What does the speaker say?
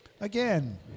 Again